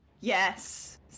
yes